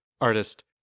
artist